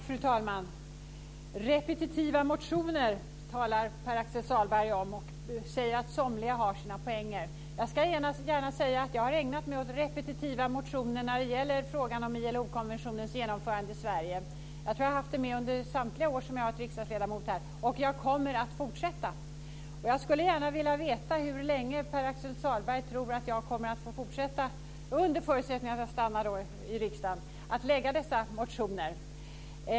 Fru talman! Pär-Axel Sahlberg talar om repetitiva motioner. Han säger att somliga har sina poänger. Jag ska gärna säga att jag har ägnat mig åt repetitiva motioner när det gäller frågan om ILO-konventionens genomförande i Sverige. Jag tror att jag har haft den frågan med samtliga år jag har varit riksdagsledamot, och jag kommer att fortsätta. Jag skulle gärna vilja veta hur länge Pär-Axel Sahlberg tror att jag kommer att få fortsätta att väcka dessa motioner - under förutsättning att jag stannar i riksdagen.